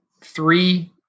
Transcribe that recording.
three